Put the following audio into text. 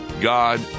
God